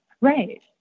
right